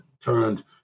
turned